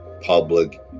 public